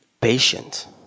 patient